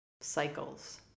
cycles